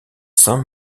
saint